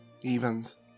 Evens